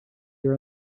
here